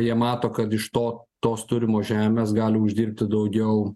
jie mato kad iš to tos turimos žemės gali uždirbti daugiau